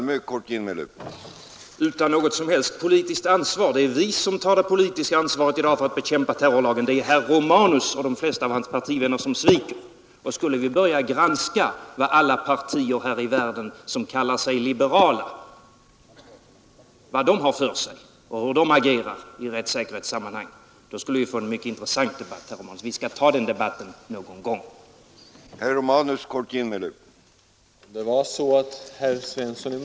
Herr talman! Utan något som helst politiskt ansvar? Det är vi som tar det politiska ansvaret i dag för att bekämpa terrorlagen, det är herr Romanus och de flesta av hans partivänner som sviker. Och skulle vi börja granska hur alla partier här i världen som kallar sig liberala agerar i rättssäkerhetssammanhang, då skulle vi få en mycket intressant debatt, herr Romanus. Vi skall ta den debatten någon gång.